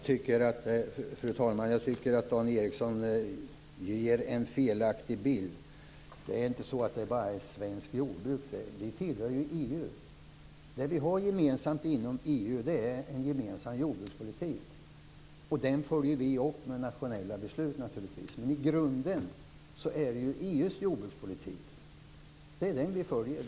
Fru talman! Jag tycker att Dan Ericsson ger en felaktig bild. Det är inte så att det bara gäller svenskt jordbruk. Vi tillhör ju EU, och inom EU har vi en gemensam jordbrukspolitik. Den följer vi naturligtvis upp med nationella beslut, men i grunden är det EU:s jordbrukspolitik vi följer.